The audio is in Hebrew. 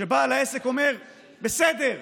שבעל העסק אומר: בסדר,